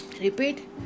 Repeat